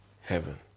heaven